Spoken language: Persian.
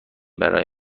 برای